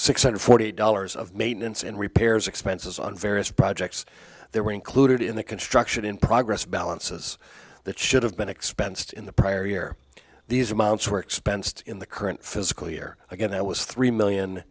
six hundred forty dollars of maintenance and repairs expenses on various projects there were included in the construction in progress balances that should have been expensed in the prior year these amounts were expensed in the current physical year again that was three million